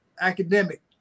academic